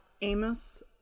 amos